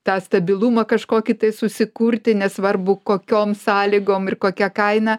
tą stabilumą kažkokį tai susikurti nesvarbu kokiom sąlygom ir kokia kaina